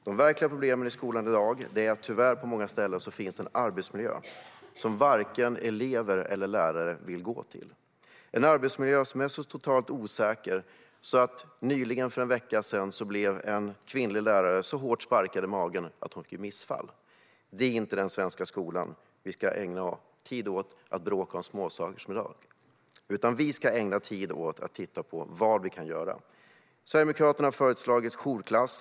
De verkliga problemen i skolan i dag är att det tyvärr på många ställen råder en arbetsmiljö som varken elever eller lärare vill gå till, en arbetsmiljö som är totalt osäker. Nyligen, för en vecka sedan, blev en kvinnlig lärare så hårt sparkad i magen att hon fick missfall. Vi ska inte ägna tid, som i dag, åt att bråka om småsaker i den svenska skolan, utan vi ska ägna tid åt att titta på vad vi kan göra. Sverigedemokraterna har föreslagit jourklass.